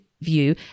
view